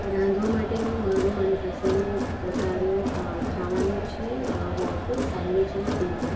રાંધવા માટેનું મારું મનપસંદ પ્રકારનું ખાવાનું છે વોફેલ્સ સેન્ડવીચ અને પીઝા